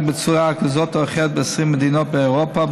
בצורה כזאת או אחרת ב-20 מדינות באירופה,